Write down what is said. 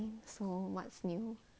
so what's new